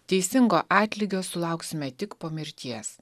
teisingo atlygio sulauksime tik po mirties